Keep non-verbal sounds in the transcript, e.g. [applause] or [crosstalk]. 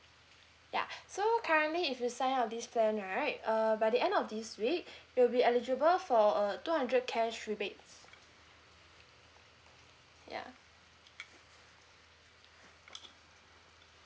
ya [breath] so currently if you sign up this plan right err by the end of this week [breath] you'll be eligible for a two hundred cash rebates ya